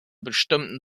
bestimmten